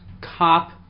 Cop